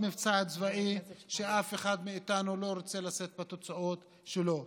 מבצע צבאי שאף אחד מאיתנו לא רוצה לשאת בתוצאות שלו.